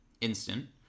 instant